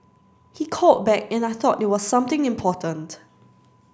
he called back and I thought it was something important